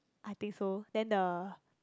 I think so then the